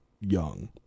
young